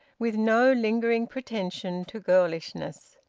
with no lingering pretension to girlishness.